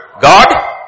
God